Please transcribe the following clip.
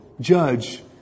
judge